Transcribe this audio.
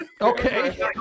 Okay